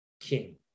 king